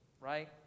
right